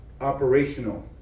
operational